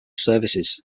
services